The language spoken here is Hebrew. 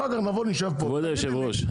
אחר כך תגידי לי --- כבוד היושב-ראש,